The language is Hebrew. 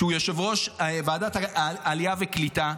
שהוא יושב-ראש ועדת העלייה והקליטה,